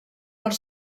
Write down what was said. els